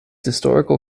historical